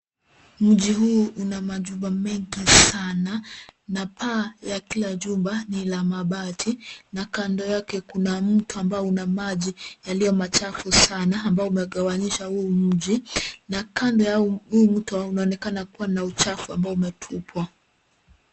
Mji huu una majumba mengi sana na paa ya kila jumba ni la mabati na kando yake kuna mto ambao una maji yaliyo machafu sana ambao umegawanyisha huu mji, na kando ya huu mto unaonekana kuwa na uchafu ambao umetupwa.